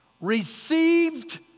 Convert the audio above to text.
Received